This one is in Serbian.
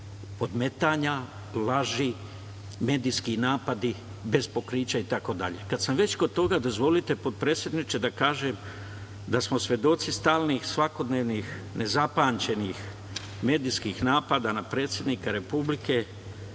podmetanja, laži, medijski napadi bez pokrića i tako dalje. Kada sam već kod toga dozvolite, potpredsedniče, da kažem da smo svedoci stalnih svakodnevnih nezapamćenih medijskih napada na predsednika Republike